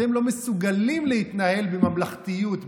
אתם לא מסוגלים להתנהל בממלכתיות,